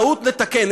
טעות, נתקן.